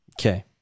okay